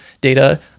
data